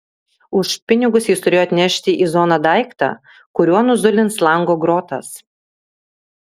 už pinigus jis turėjo atnešti į zoną daiktą kuriuo nuzulins lango grotas